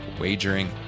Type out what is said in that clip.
wagering